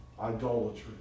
idolatry